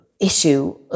issue